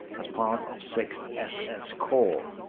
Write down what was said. as part of sixth ss corps.